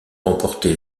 remporté